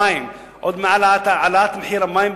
ועוד מעט תהיה העלאה של מחיר המים,